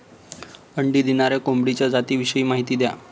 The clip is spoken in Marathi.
अंडी देणाऱ्या कोंबडीच्या जातिविषयी माहिती द्या